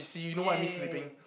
!yay!